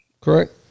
correct